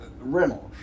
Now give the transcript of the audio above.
Reynolds